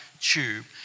tube